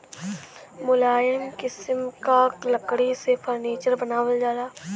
मुलायम किसिम क लकड़ी से फर्नीचर बनावल जाला